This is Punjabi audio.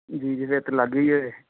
ਜੀ ਜੀ ਇਹ ਤਾਂ ਇੱਥੇ ਲਾਗੇ ਹੀ ਹੈ